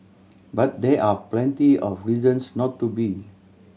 but there are plenty of reasons not to be